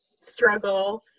struggle